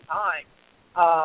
time